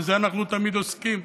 בזה אנחנו תמיד עוסקים.